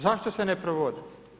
Zašto se ne provode?